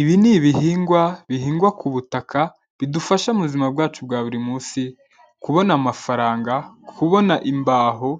Ibi ni ibihingwa, bihingwa ku butaka bidufasha mubuzima bwacu bwa buri munsi, kubona amafaranga, kubona imbaho,